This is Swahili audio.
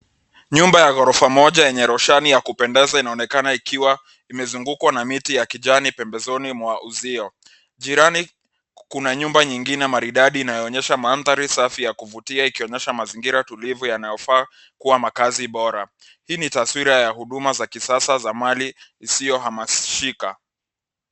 Nyumba ya ghorofa moja yenye roshani ya kupendeza inaonekana ikiwa imezugukwa na miti ya kijani pembezoni mwa uzio. Jirani kuna nyumba nyingine maridadi inayoonyesha mandhari safi ya kuvutia ikionyesha mazingira tulivu yanayofaa kuwa makazi bora. Hii ni taswira ya huduma za kisasa za mali isiyohamishika.